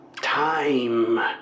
Time